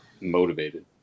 motivated